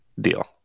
deal